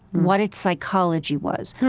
what its psychology was,